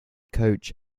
coach